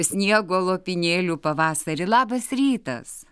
sniego lopinėlių pavasarį labas rytas